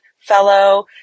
fellow